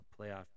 playoff